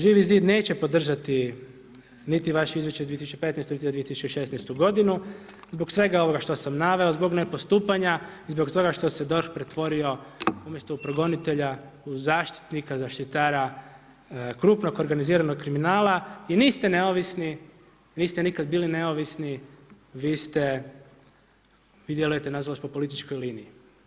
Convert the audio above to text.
Živi zid neće podržati niti vaše izvješće iz 2015. niti za 2016. godinu zbog svega ovoga što sam naveo, zbog nepostupanja i zbog toga što se DORH pretvorio umjesto u progonitelja, u zaštitnika, zaštitara krupnog organiziranog kriminala i niste neovisni, niste nikad bili neovisni, vi ste, vi djelujete nažalost po političkoj liniji.